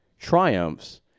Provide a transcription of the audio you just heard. triumphs